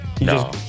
No